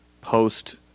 post